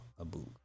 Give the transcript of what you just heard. Abu